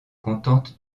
contente